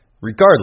Regardless